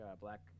black